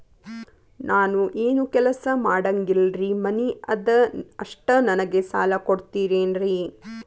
ನಾನು ಏನು ಕೆಲಸ ಮಾಡಂಗಿಲ್ರಿ ಮನಿ ಅದ ಅಷ್ಟ ನನಗೆ ಸಾಲ ಕೊಡ್ತಿರೇನ್ರಿ?